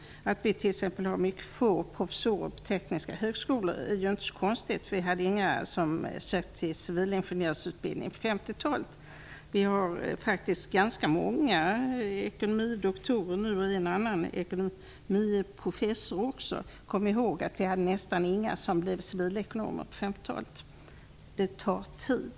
Att vi t.ex. har mycket få kvinnliga professorer på tekniska högskolor är inte så konstigt. Vi hade inga kvinnor som sökte till civilingenjörsutbildning på 50-talet. Vi har faktiskt ganska många kvinnliga ekonomie doktorer och en och annan ekonomie professor också. Kom ihåg att vi hade nästan inga kvinnor som blev civilekonomer på 50-talet. Det tar tid.